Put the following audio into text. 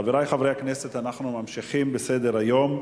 חברי חברי הכנסת, אנחנו ממשיכים בסדר-היום.